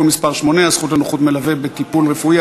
מס' 8) (הזכות לנוכחות מלווה בטיפול רפואי),